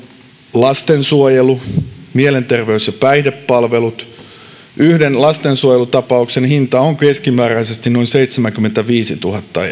lastensuojelu mielenterveys ja päihdepalvelut yhden lastensuojelutapauksen hinta on keskimääräisesti noin seitsemänkymmentäviisituhatta